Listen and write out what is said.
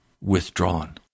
withdrawn